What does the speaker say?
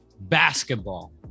basketball